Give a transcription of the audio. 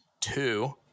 two